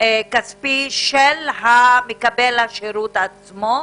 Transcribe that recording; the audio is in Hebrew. כספי של מקבל השירות עצמו,